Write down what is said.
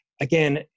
Again